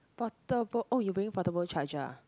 portable oh you bringing portable charger ah